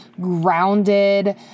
grounded